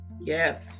Yes